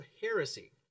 heresy